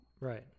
Right